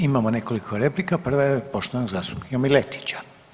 Imamo nekoliko replika, prva je poštovanog zastupnika Miletića.